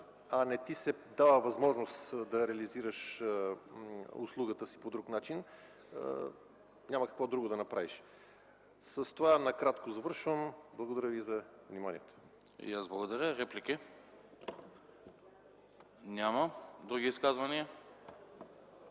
а не ти се дава възможност да реализираш услугата си по друг начин, няма какво друго да направиш. С това накратко завършвам. Благодаря ви за вниманието. ПРЕДСЕДАТЕЛ АНАСТАС АНАСТАСОВ: Благодаря. Реплики? Няма. Други изказвания?